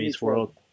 World